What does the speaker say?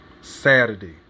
Saturday